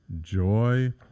joy